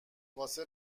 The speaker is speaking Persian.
واسه